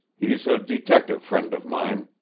he's a detective friend of mine.